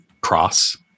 cross